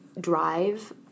drive